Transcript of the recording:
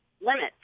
limits